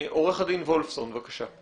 עורך הדין וולפסון, בבקשה.